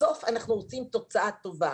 בסוף אנחנו רוצים תוצאה טובה.